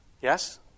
Yes